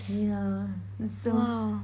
yeah so